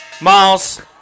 Miles